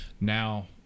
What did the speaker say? now